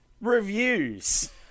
reviews